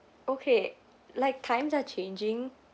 okay like times are changing